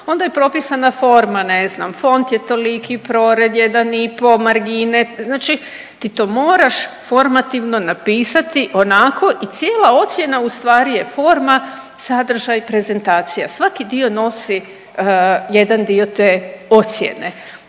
onda je propisana forma ne znam fond je toliki, prored 1,5, margine, znači ti to moraš formativno napisati onako i cijela ocjena ustvari je forma, sadržaj i prezentacija, svaki dio nosi jedan dio te ocjene,